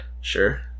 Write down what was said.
Sure